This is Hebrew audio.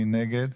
מי נגד?